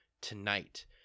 tonight